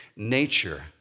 nature